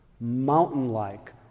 mountain-like